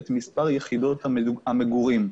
את מספר יחידות המגורים.